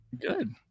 Good